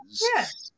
Yes